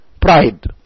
pride